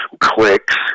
clicks